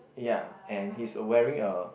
ya and he is wearing a